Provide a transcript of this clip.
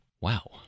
Wow